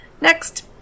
Next